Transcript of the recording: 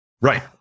Right